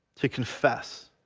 to confess,